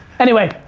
anyway,